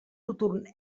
rotund